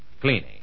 cleaning